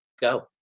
go